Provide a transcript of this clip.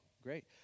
Great